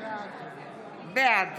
בעד